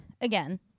again